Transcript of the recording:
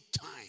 time